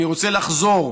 אני רוצה לחזור: